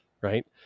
Right